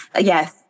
yes